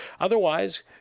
Otherwise